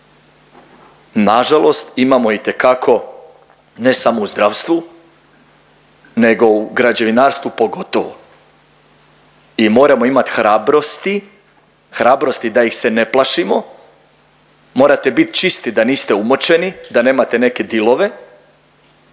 Na žalost imamo itekako ne samo u zdravstvu, nego u građevinarstvu pogotovo. I moramo imati hrabrosti, hrabrosti da ih se ne plašimo. Morate biti čisti da niste umočeni, da nemate neke dilove,